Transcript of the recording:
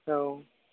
औ